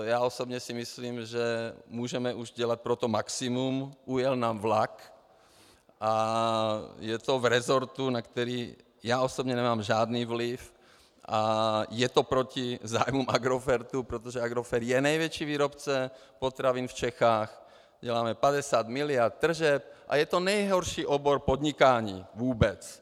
Já osobně si myslím, že můžeme už dělat pro to maximum, ujel nám vlak a je to v resortu, na který já osobně nemám žádný vliv, a je to proti zájmům Agrofertu, protože Agrofert je největší výrobce potravin v Čechách, děláme 50 mld. tržeb a je to nejhorší obor podnikání vůbec.